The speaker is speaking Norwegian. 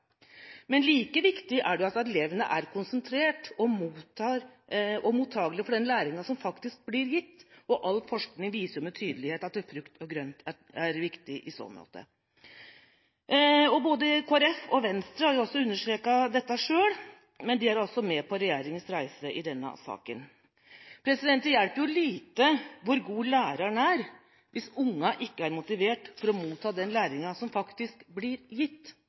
men de er altså med på regjeringas reise i denne saken. Det hjelper lite hvor god læreren er, hvis ungene ikke er motivert for å motta den læringa som faktisk blir gitt.